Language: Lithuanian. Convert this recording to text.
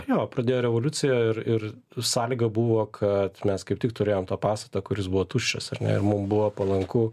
jo pradėjo revoliuciją ir ir sąlyga buvo kad mes kaip tik turėjom tą pastatą kuris buvo tuščias ar ne ir mum buvo palanku